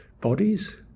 bodies